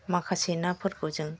माखासे नाफोरखौ जों